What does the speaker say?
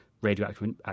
radioactive